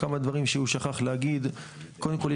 כמה דברים שהוא שכח להגיד: קודם כל,